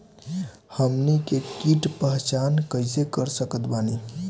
हमनी के कीट के पहचान कइसे कर सकत बानी?